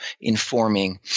informing